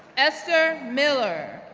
esther miller,